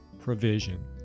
provision